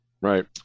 Right